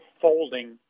folding